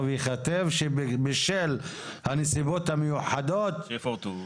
ייכתב שבשל הנסיבות המיוחדות שיפורטו.